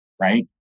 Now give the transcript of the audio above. right